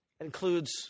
includes